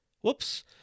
whoops